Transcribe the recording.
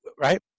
right